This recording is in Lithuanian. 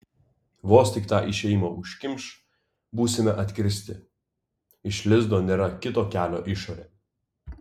vos tik tą išėjimą užkimš būsime atkirsti iš lizdo nėra kito kelio išorėn